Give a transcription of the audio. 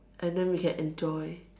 and then we can enjoy